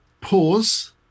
Pause